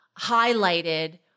highlighted